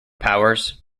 powers